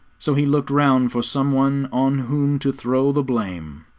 so he looked round for some one on whom to throw the blame.